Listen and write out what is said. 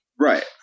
Right